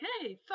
hey